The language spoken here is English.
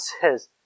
says